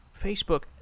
Facebook